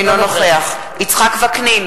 אינו נוכח יצחק וקנין,